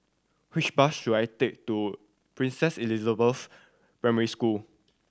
which bus should I take to Princess Elizabeth Primary School